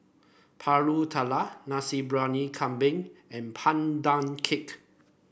pulut tatal Nasi Briyani Kambing and Pandan Cake